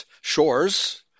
shores